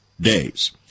days